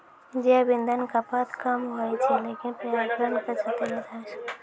जैव इंधन खपत कम होय छै लेकिन पर्यावरण क क्षति ज्यादा होय छै